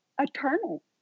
eternal